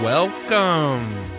Welcome